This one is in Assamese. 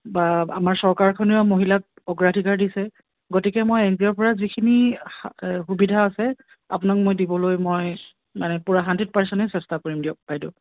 বা আমাৰ চৰকাৰখনেও মহিলাক অগ্ৰাধিকাৰ দিছে গতিকে মই এন জি অ'ৰ পৰা যিখিনি সা সুবিধা আছে আপোনাক মই দিবলৈ মই মানে পুৰা হাণ্ড্ৰেড পাৰ্চেণ্টেই চেষ্টা কৰিম দিয়ক বাইদেউ